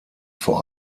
vor